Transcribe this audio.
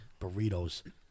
burritos